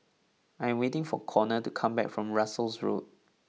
I am waiting for Conner to come back from Russels Road